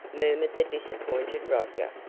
murmured the disappointed roger.